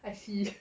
I see